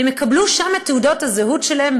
הם יקבלו שם את תעודות הזהות שלהם,